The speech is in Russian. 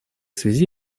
связи